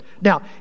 Now